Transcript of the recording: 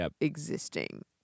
existing